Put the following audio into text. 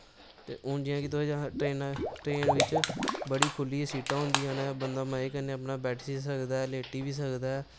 हून जि'यां की तोहे जाना ट्रेनां ट्रेन बिच बड़ी खुल्लियां सीटां होंदियां बंदा मजे कन्नै अपना बैठी बी सकदा ऐ लेटी बी सकदा ऐ